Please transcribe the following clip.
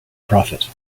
prophet